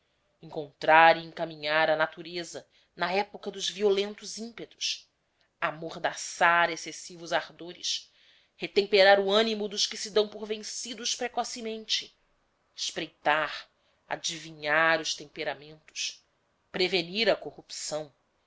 encontrar e encaminhar a natureza na época dos violentos ímpetos amordaçar excessivos ardores retemperar o animo dos que se dão por vencidos precocemente espreitar adivinhar os temperamentos prevenir a corrupção